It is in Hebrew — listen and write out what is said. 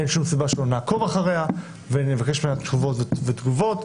אין שום סיבה שלא נעקוב אחריה ונבקש ממנה תשובות ותגובות.